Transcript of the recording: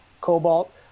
cobalt